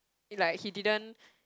he like he didn't